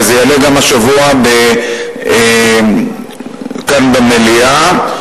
וזה יעלה גם השבוע כאן במליאה,